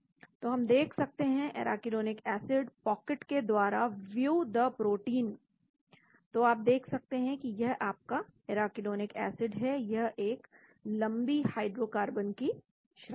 तो हम देख सकते हैं एराकीडोनिक एसिड पॉकेट के द्वारा व्यू द प्रोटीन तो आप देख सकते हैं कि यह आपका एराकीडोनिक एसिड है यह 1 लंबी हाइड्रोकार्बन की श्रंखला है